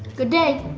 good day! i